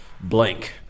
Blank